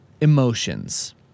emotions